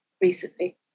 recently